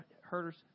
herders